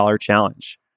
Challenge